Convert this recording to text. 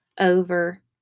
over